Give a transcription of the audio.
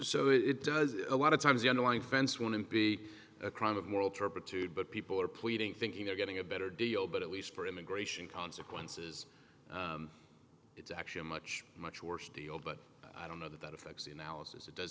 so it does a lot of times the underlying fence want to be a crime of moral turpitude but people are pleading thinking they're getting a better deal but at least for immigration consequences it's actually much much worse deal but i don't know that that affects the analysis it does